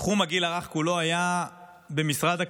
תחום הגיל הרך כולו היה במשרד הכלכלה,